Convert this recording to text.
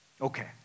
Okay